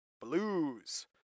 blues